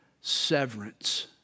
severance